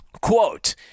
Quote